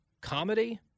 comedy